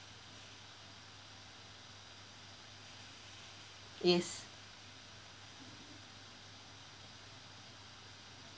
yes